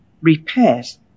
repairs